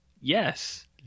Yes